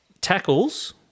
Tackles